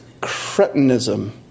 cretinism